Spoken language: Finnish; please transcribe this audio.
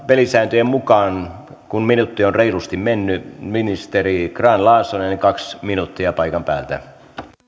pelisääntöjen mukaan kun minuutti on reilusti mennyt ministeri grahn laasonen kaksi minuuttia paikan päältä